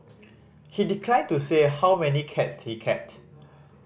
he declined to say how many cats he kept